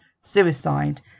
suicide